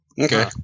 Okay